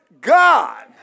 God